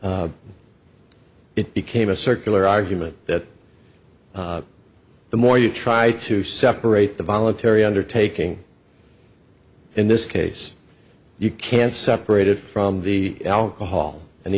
it became a circular argument that the more you try to separate the voluntary undertaking in this case you can't separate it from the alcohol and the